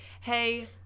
hey